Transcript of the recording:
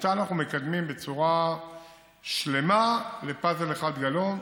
שאותה אנחנו מקדמים בצורה שלמה לפאזל אחד גדול,